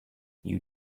you